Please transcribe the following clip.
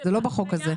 זה לא בחוק הזה.